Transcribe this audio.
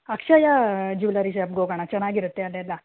ಅಕ್ಷಯ jewellery ಶಾಪ್ಗೆ ಹೋಗೋಣ ಚೆನ್ನಾಗಿರುತ್ತೆ ಅಲ್ಲೆಲ್ಲ